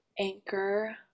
Anchor